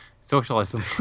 socialism